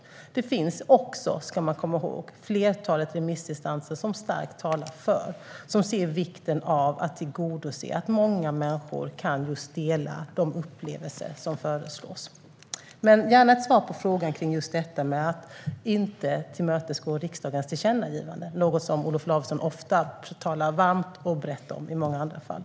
Men det finns också, ska man komma ihåg, ett flertal remissinstanser som starkt talar för detta och ser vikten av att tillgodose att många människor kan dela de upplevelser som föreslås. Men jag vill gärna ha ett svar på frågan om detta med att inte tillmötesgå riksdagens tillkännagivanden, något som Olof Lavesson ofta talar varmt och brett om i många andra fall.